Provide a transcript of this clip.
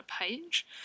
page